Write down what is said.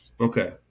okay